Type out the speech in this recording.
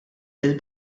lill